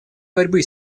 борьбы